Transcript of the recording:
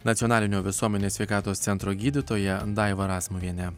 nacionalinio visuomenės sveikatos centro gydytoja daiva razmuvienė